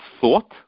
thought